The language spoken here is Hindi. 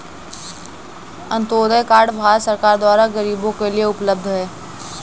अन्तोदय कार्ड भारत सरकार द्वारा गरीबो के लिए उपलब्ध है